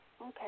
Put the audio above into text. okay